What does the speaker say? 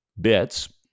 bits